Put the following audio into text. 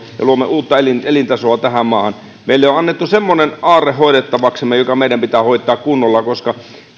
ja luomme uutta elintasoa tähän maahan meille on annettu semmoinen aarre hoidettavaksemme joka meidän pitää hoitaa kunnolla koska